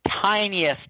tiniest